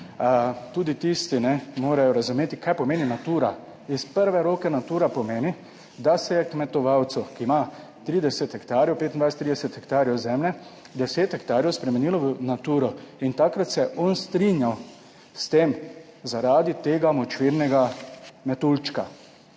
tudi tisti morejo razumeti kaj pomeni Natura. Iz prve roke Natura pomeni, da se je kmetovalcu, ki ima 30 hektarjev, 25, 30 hektarjev zemlje, 10 hektarjev spremenilo v Naturo. In takrat se je on strinjal s tem zaradi tega močvirnega metuljčka.